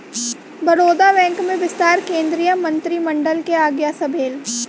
Baroda bank में विस्तार केंद्रीय मंत्रिमंडलक आज्ञा सँ भेल